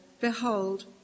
behold